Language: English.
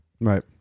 Right